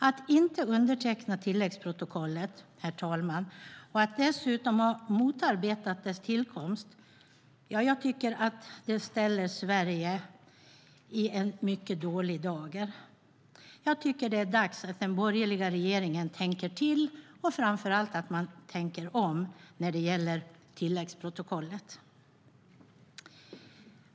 Att inte underteckna tilläggsprotokollet och att dessutom ha motarbetat dess tillkomst, tycker jag ställer Sverige i en mycket dålig dager. Jag tycker det är dags att den borgerliga regeringen tänker till och framför allt tänker om när det gäller tilläggsprotokollet.